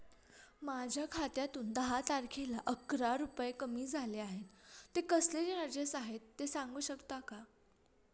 माझ्या खात्यातून दहा तारखेला अकरा रुपये कमी झाले आहेत ते कसले चार्जेस आहेत सांगू शकता का?